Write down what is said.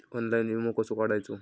Online विमो कसो काढायचो?